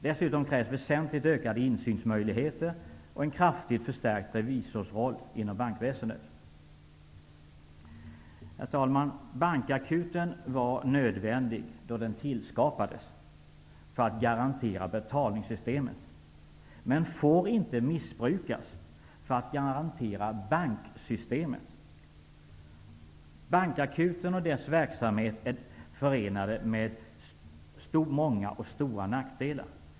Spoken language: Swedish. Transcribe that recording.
Dessutom krävs det väsentligt ökade insynsmöjligheter och en kraftigt förstärkt revisorsroll inom bankväsendet. Bankakuten var nödvändig då den tillskapades för att garantera betalningssystemet men får inte missbrukas för att garantera banksystemet. Bankakuten och dess verksamhet är förenade med många och stora nackdelar.